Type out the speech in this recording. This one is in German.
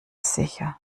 sicher